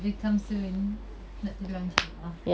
it will come soon not too long inshallah